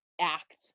act